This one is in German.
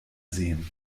sehen